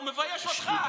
הוא מבייש אותך.